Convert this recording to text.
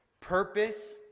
purpose